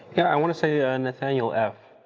you know, i want to say, ah and nathanial f.